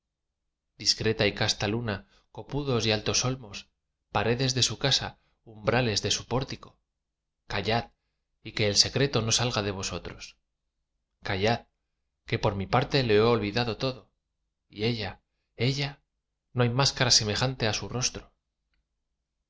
discreta y casta luna copudos y altos olmos paredes de su casa umbrales de su pórtico callad y que el secreto no salga de vosotros callad que por mi parte lo he olvidado todo y ella ella no hay máscara semejante á su rostro